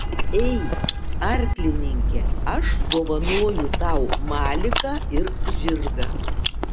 ei arklininke aš dovanoju tau maliką ir žirgą